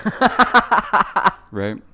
right